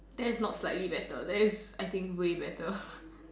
that is not slightly better that is I think way better